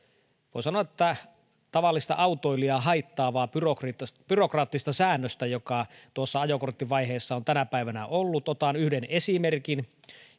voi sanoa tavallista autoilijaa haittaavaa byrokraattista byrokraattista säännöstä joka tuossa ajokorttivaiheessa on tänä päivänä ollut otan yhden esimerkin